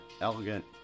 elegant